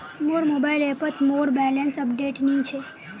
मोर मोबाइल ऐपोत मोर बैलेंस अपडेट नि छे